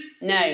No